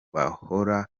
bahora